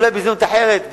אולי בהזדמנות אחרת,